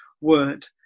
word